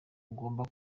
agomba